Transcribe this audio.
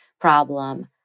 problem